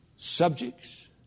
Subjects